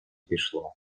пішло